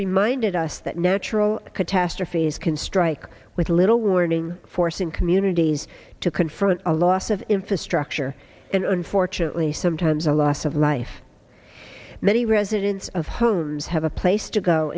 reminded us that natural catastrophes can strike with little warning forcing communities to confront a loss of infrastructure and unfortunately sometimes a loss of life many residents of homes have a place to go